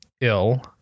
ill